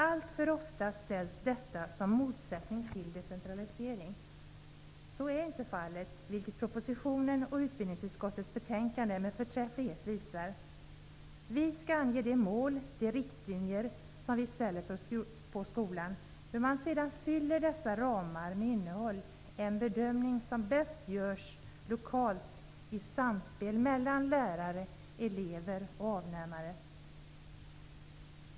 Alltför ofta ställs detta som motsättning till decentralisering. Så är inte fallet, vilket propositionen och utbildningsutskottets betänkande med förträfflighet visar. Vi skall ange de mål och riktlinjer som vi ställer för skolan. Hur man sedan fyller dessa ramar med innehåll är en bedömning som bäst görs lokalt i samspel mellan lärare, elever och avnämare.